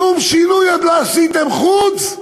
שום שינוי עוד לא עשיתם, חוץ,